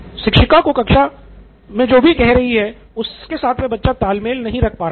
शिक्षिका जो कक्षा मे कह रहीं है उसके साथ वह बच्चा तालमेल नहीं रख पा रहा है